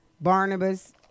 Barnabas